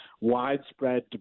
widespread